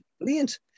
brilliant